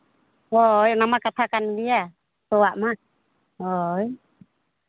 ᱦᱳᱭ ᱚᱱᱟ ᱢᱟ ᱠᱟᱛᱷᱟ ᱠᱟᱱ ᱜᱮᱭᱟ ᱥᱚᱣᱟᱜ ᱢᱟ ᱦᱳᱭ